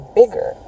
bigger